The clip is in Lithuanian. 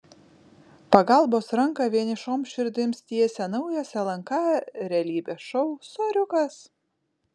pagalbos ranką vienišoms širdims tiesia naujas lnk realybės šou soriukas